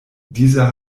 dieser